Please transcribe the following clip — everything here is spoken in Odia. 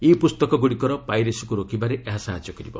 ଇ ପୁସ୍ତକଗୁଡ଼ିକର ପାଇରେସିକୁ ରୋକିବାରେ ଏହା ସାହାଯ୍ୟ କରିବ